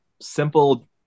simple